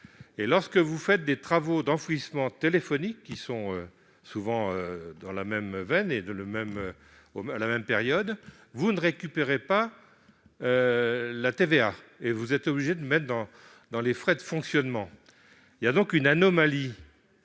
lorsque vous faites des travaux d'enfouissement de lignes téléphoniques, qui, souvent, sont dans la même veine et interviennent à la même période, vous ne récupérez pas la TVA et vous êtes obligés de la mettre en frais de fonctionnement. Il y a donc une anomalie